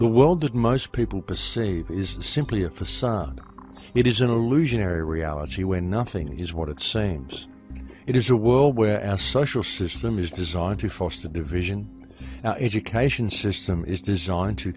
the world that most people perceive is simply a facade it is an illusionary reality where nothing is what it sames it is a world where as social system is designed to foster the vision education system is designed to